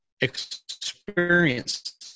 experience